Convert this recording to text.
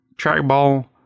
trackball